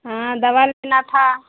हाँ दवा लेना था